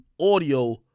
audio